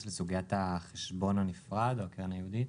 בסוגיית החשבון הנפרד או הקרן הייעודית?